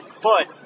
foot